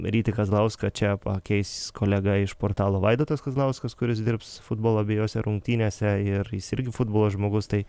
rytį kazlauską čia pakeis kolega iš portalo vaidotas kazlauskas kuris dirbs futbolo abiejose rungtynėse ir jis irgi futbolo žmogus tai